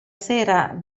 sera